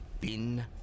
bin